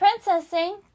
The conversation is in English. princessing